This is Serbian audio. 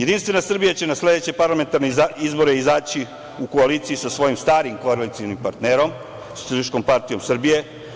Jedinstvena Srbija će na sledeće parlamentarne izbore izaći u koaliciji sa svojim starim koalicionim partnerom Socijalističkom partijom Srbije.